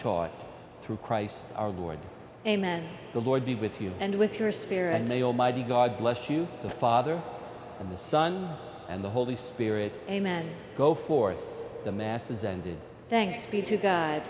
taught through christ our lord amen the lord be with you and with your spirit and the almighty god bless you the father and the son and the holy spirit amen go forth the masses and thank